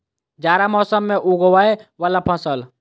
जाड़ा मौसम मे उगवय वला फसल?